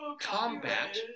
combat